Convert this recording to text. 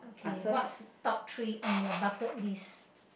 okay what's top three on your bucket list